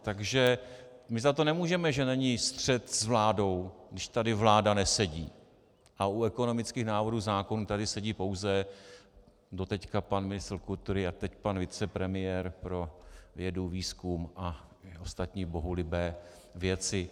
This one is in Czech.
Takže my za to nemůžeme, že není střet s vládou, když tady vláda nesedí a u ekonomických návrhů zákonů tady sedí pouze doteď pan ministr kultury a teď pan vicepremiér pro vědu, výzkum a ostatní bohulibé věci.